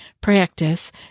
practice